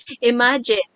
imagine